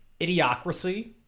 Idiocracy